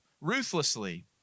ruthlessly